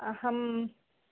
अहं